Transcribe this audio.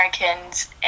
Americans